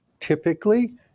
Typically